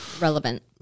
relevant